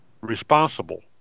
responsible